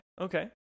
okay